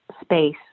space